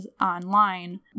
online